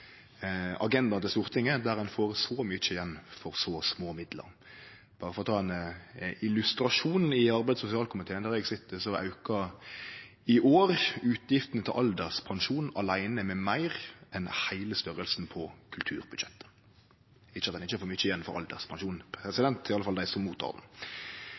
til Stortinget der ein får så mykje igjen for så små midlar. Berre for å ta ein illustrasjon frå arbeids- og sosialkomiteen, der eg sit, så aukar i år utgiftene til alderspensjon åleine med meir enn heile størrelsen på kulturbudsjettet – ikkje det at ein ikkje får mykje igjen for alderspensjonen, i alle fall dei som mottek den. Venstre er